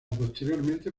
posteriormente